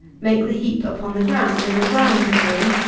make the heap upon the ground in a round form,